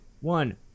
one